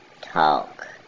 talk